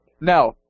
Now